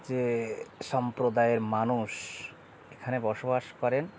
যে সম্প্রদায়ের মানুষ এখানে বসবাস করেন